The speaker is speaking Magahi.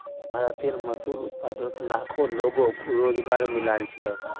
भारतेर मशहूर उत्पादनोत लाखों लोगोक रोज़गार मिलाल छे